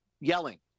yelling